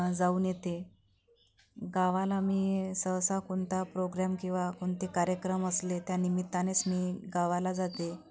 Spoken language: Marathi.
जाऊन येते गावाला मी सहसा कोणता प्रोग्रॅम किंवा कोणते कार्यक्रम असले त्यानिमित्तानेच मी गावाला जाते